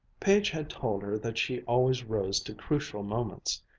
page had told her that she always rose to crucial moments.